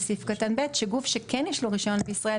יש לי סעיף קטן ב' שגוף שכן יש לו רישיון בישראל